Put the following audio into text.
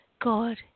God